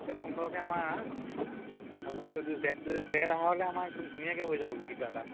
এতিয়া সুন্দৰকৈ আমাৰ ফাগুন চ'ত জেঠ জেঠ আহাৰলৈ আমাৰ একদম ধুনীয়াকৈ হৈ যাবগৈ কিবা এটা